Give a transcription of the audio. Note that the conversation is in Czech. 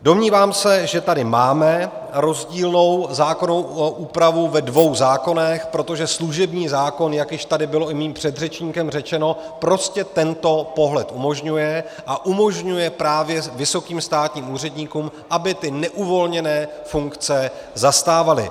Domnívám se, že tady máme rozdílnou zákonnou úpravu ve dvou zákonech, protože služební zákon, jak již tady bylo i mým předřečníkem řečeno, prostě tento pohled umožňuje a umožňuje právě vysokým státním úředníkům, aby ty neuvolněné funkce zastávali.